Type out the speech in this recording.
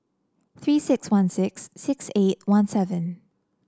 Three six one six six eight one seven